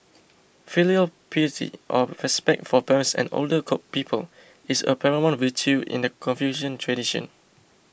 filial piety or respect for parents and older people is a paramount virtue in the Confucian tradition